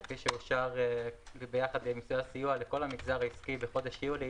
כפי שאושר ביחד עם יתר הסיוע לכל המגזר העסקי בחודש יולי